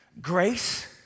grace